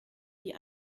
die